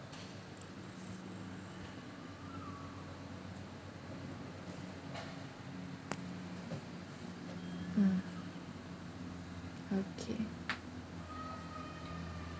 mm okay